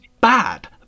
bad